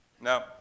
No